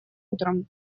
утром